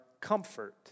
comfort